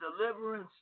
deliverance